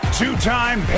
two-time